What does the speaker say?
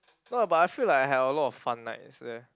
so but I feel like I have a lot of fun nights eh